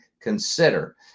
consider